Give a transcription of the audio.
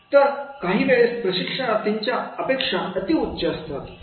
तर काही वेळेस प्रशिक्षणार्थींच्या अपेक्षा अतिउच्च असतात